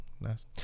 Nice